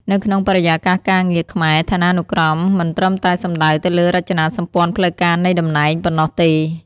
នៅក្នុងបរិយាកាសការងារខ្មែរ ឋានានុក្រមមិនត្រឹមតែសំដៅទៅលើរចនាសម្ព័ន្ធផ្លូវការនៃតំណែងប៉ុណ្ណោះទេ។